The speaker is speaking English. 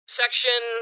section